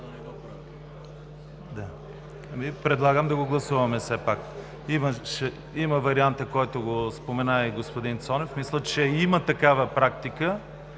Предлагам да го гласуваме все пак. Има варианта, който го спомена и господин Цонев. Мисля, че има такава практика